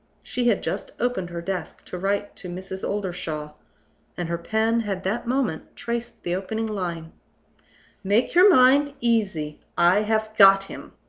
she had just opened her desk to write to mrs. oldershaw and her pen had that moment traced the opening line make your mind easy. i have got him!